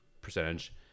percentage